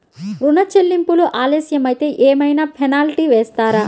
ఋణ చెల్లింపులు ఆలస్యం అయితే ఏమైన పెనాల్టీ వేస్తారా?